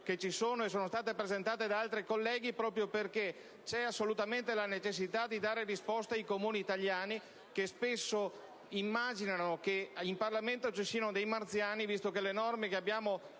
quelle che sono state presentate da altri colleghi, proprio perché c'è assolutamente la necessità di dare risposta ai Comuni italiani, che spesso immaginano che in Parlamento ci siano dei marziani, visto che le norme che avete